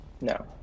no